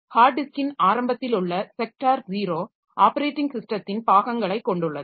heart டிஸ்க்கின் ஆரம்பத்திலுள்ள sector 0 operating ஸிஸ்டத்தின் பாகங்களைக் கொண்டுள்ளது